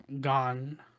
gone